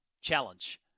challenge